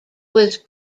was